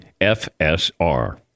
FSR